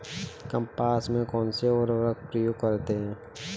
कपास में कौनसा उर्वरक प्रयोग करते हैं?